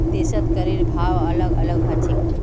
देशत करेर भाव अलग अलग ह छेक